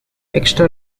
extra